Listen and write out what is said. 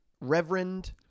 reverend